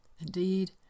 Indeed